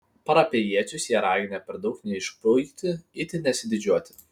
parapijiečius jie raginę per daug neišpuikti itin nesididžiuoti